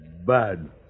Bad